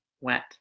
wet